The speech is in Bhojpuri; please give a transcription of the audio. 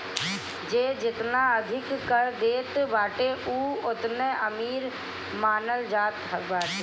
जे जेतना अधिका कर देत बाटे उ ओतने अमीर मानल जात बाटे